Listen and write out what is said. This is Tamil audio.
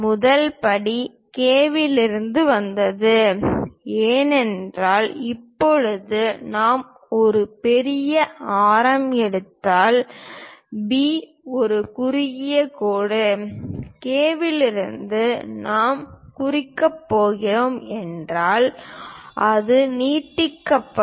முதல் படி K இலிருந்து வந்தது ஏனென்றால் இப்போது நாம் ஒரு பெரிய ஆரம் எடுத்தால் B ஒரு குறுகிய கோடு K இலிருந்து நான் குறிக்கப் போகிறேன் என்றால் அது நீட்டிக்கப்படும்